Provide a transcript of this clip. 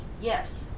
yes